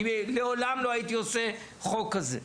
אני לעולם לא הייתי עושה חוק הזה,